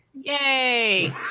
yay